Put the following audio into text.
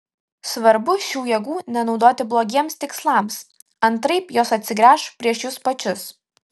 svarbu šių jėgų nenaudoti blogiems tikslams antraip jos atsigręš prieš jus pačius